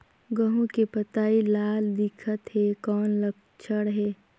गहूं के पतई लाल दिखत हे कौन लक्षण हे?